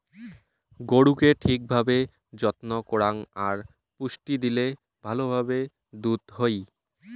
গরুকে ঠিক ভাবে যত্ন করাং আর পুষ্টি দিলে ভালো ভাবে দুধ হই